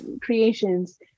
creations